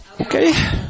Okay